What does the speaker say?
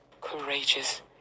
courageous